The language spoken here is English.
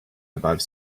above